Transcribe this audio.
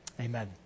Amen